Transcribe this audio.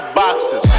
boxes